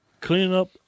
cleanup